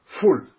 Full